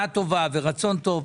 כוונה טובה ורצון טוב.